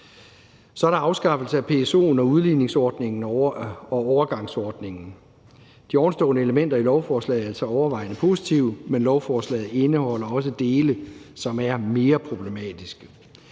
Så er der afskaffelsen af PSO'en og udligningsordningen og overgangsordningen. De overstående elementer i lovforslaget er altså overvejende positive, men lovforslaget indeholder også dele, som er mere problematiske.